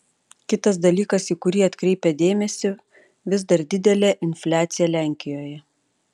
kitas dalykas į kurį atkreipia dėmesį vis dar didelė infliacija lenkijoje